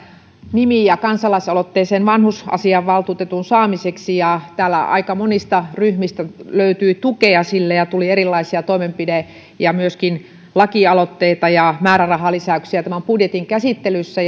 nimiä kansalaisaloitteeseen vanhusasiainvaltuutetun saamiseksi ja täällä aika monista ryhmistä löytyi tukea sille ja tuli erilaisia toimenpide ja myöskin lakialoitteita ja määrärahalisäyksiä tämän budjetin käsittelyssä